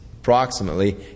approximately